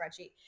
spreadsheet